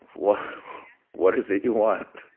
what what is it you want?